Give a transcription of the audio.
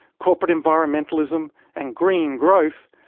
corporate environmentalism and green growth,